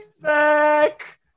back